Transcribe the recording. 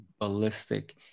ballistic